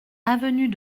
avenue